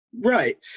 Right